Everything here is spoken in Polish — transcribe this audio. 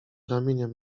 ramieniem